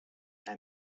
and